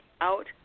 out